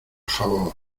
favor